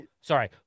Sorry